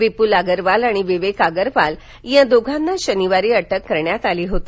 विपूल आगरवाल आणि विवेक आगरवाल या दोघांना शनिवारी अटक करण्यात आली होती